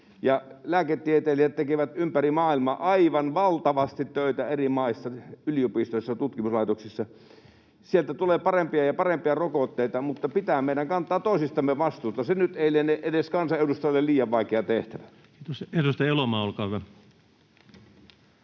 Lääketieteilijät tekevät ympäri maailman aivan valtavasti töitä eri maissa yliopistoissa ja tutkimuslaitoksissa, sieltä tulee parempia ja parempia rokotteita, mutta pitää meidän kantaa toisistamme vastuuta. Se nyt ei liene edes kansanedustajalle liian vaikea tehtävä. [Speech 169] Speaker: